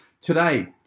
today